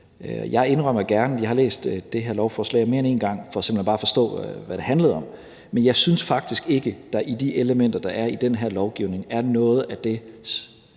jeg indrømmer gerne, at jeg har læst det her lovforslag mere end én gang for simpelt hen bare at forstå, hvad det handlede om, men jeg synes faktisk ikke, der i de elementer, der er i den her lovgivning, er noget af det,